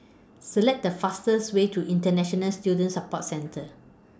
Select The fastest Way to International Student Support Centre